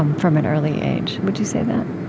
um from an early age. would you say that?